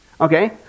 Okay